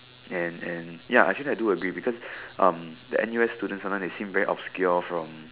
and and ya actually I do agree because um the N_U_S students sometimes they seem very obscure from